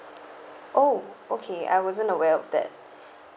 oh okay I wasn't aware of that